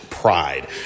pride